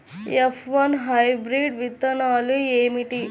F one hybrid విత్తనాలు ఏమిటి?